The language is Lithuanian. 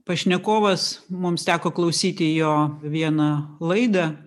pašnekovas mums teko klausyti jo vieną laidą